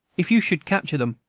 if you should capture them,